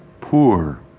Poor